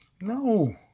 No